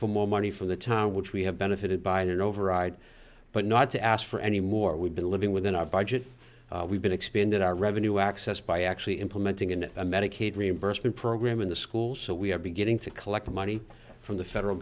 for more money from the town which we have benefited by an override but not to ask for any more we've been living within our budget we've been expanded our revenue accessed by actually implementing in a medicaid reimbursement program in the school so we are beginning to collect money from the federal